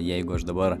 jeigu aš dabar